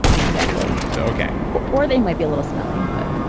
exactly so okay or they might be a little smelly. but